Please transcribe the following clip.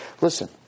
listen